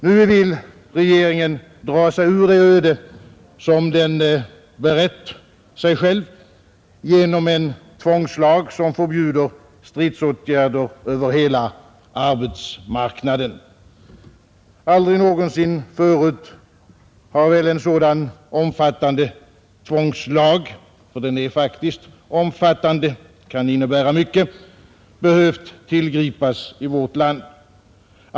Nu vill regeringen dra sig ur det öde som den berett sig själv genom en tvångslag som förbjuder stridsåtgärder över hela arbetsmarknaden. Aldrig någonsin förut har väl en sådan omfattande tvångslag — den är faktiskt omfattande och kan innebära mycket — behövt tillgripas i vårt land.